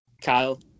Kyle